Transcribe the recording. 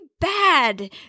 bad